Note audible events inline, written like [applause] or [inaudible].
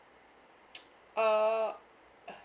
[noise] err